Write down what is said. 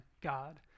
God